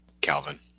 Calvin